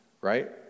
right